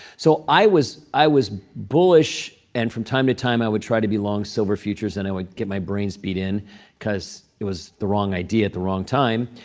so i was i was bullish. and from time to time, i would try to be long silver futures. and i would get my brains beat in because it was the wrong idea at the wrong time.